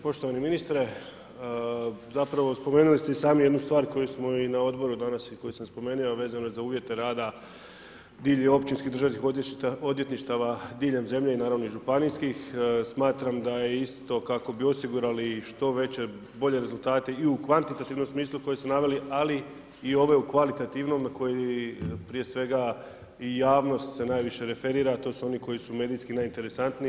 Poštovani ministre, zapravo spomenuli ste i sami jednu stvar koju smo i na odboru danas i koju sam spomenuo a vezano je za uvjete rada diljem općinskih državnih odvjetništava diljem zemlje i naravno i županijskih, smatram da je isto kako bi osigurali što veće i bolje rezultate i u kvantitativnom smislu koje ste naveli ali i ove u kvalitativnom koji prije svega i javnost se najviše referira a to su oni koji su medijski najinteresantniji.